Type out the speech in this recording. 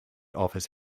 office